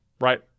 Right